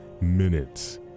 minutes